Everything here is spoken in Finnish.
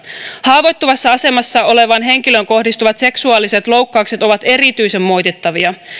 haavoittuvassa asemassa olevaan henkilöön kohdistuvat seksuaaliset loukkaukset ovat erityisen moitittavia